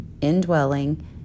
indwelling